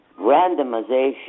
randomization